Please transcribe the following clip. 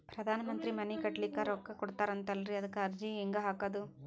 ಪ್ರಧಾನ ಮಂತ್ರಿ ಮನಿ ಕಟ್ಲಿಕ ರೊಕ್ಕ ಕೊಟತಾರಂತಲ್ರಿ, ಅದಕ ಅರ್ಜಿ ಹೆಂಗ ಹಾಕದು?